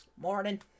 Morning